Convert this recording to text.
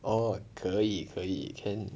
oh 可以可以 can